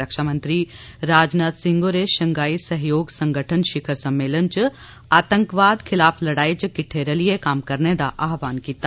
रक्षा मंत्री राजनाथ सिंह होरें शंघाई सैह्योग संगतन शिखर सम्मेलन च आतंकवाद खलाफ लड़ाई च किट्ठे रलियै कम्म करने दा आहवाण कीता